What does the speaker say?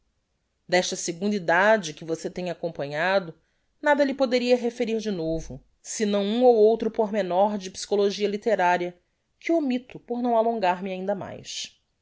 desta segunda idade que v tem acompanhado nada lhe poderia referir de novo sinão um ou outro pormenor de psychologia litteraria que omitto por não alongar me ainda mais